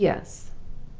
yes.